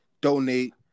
donate